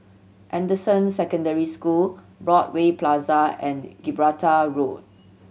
Anderson Secondary School Broadway Plaza and Gibraltar Road